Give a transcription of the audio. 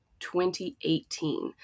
2018